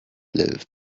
live